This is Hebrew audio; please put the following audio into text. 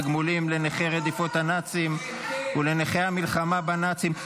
תגמולים לנכי רדיפות הנאצים ולנכי המלחמה בנאצים,